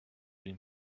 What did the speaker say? been